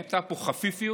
הייתה פה חפיפיות,